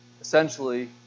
essentially